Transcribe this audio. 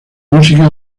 música